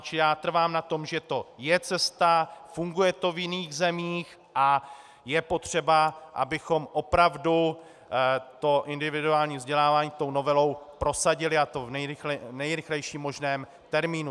Čili já trvám na tom, že to je cesta, funguje to v jiných zemích a je potřeba, abychom opravdu individuální vzdělávání tou novelou prosadili, a to v nejrychlejším možném termínu.